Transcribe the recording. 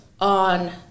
on